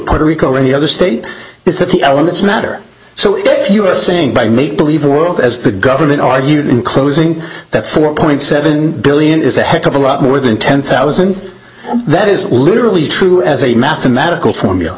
puerto rico any other state is that the elements matter so if you are saying by make believe world as the government argued in closing that four point seven billion is a heck of a lot more than ten thousand that is literally true as a mathematical form